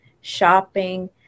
shopping